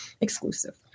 exclusive